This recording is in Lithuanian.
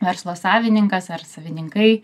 verslo savininkas ar savininkai